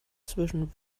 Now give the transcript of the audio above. zwischen